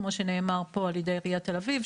כמו שנאמר פה על ידי עיריית תל אביב,